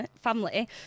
family